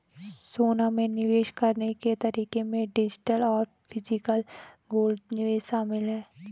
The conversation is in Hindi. सोना में निवेश करने के तरीके में डिजिटल और फिजिकल गोल्ड निवेश शामिल है